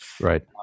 right